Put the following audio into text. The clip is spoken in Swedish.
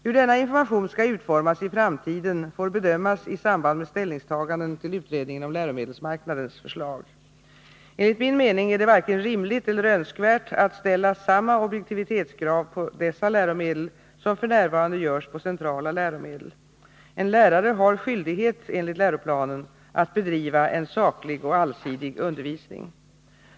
Hur denna information skall utformas i framtiden får bedömas i samband med ställningstaganden till utredningen om läromedelsmarknadens förslag. Enligt min mening är det varken rimligt eller önskvärt att ställa samma objektivitetskrav på dessa läromedel som f. n. görs på centrala läromedel. En lärare har skyldighet enligt läroplanen att bedriva en saklig och allsidig undervisning.